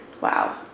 Wow